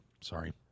Sorry